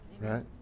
right